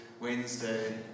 Wednesday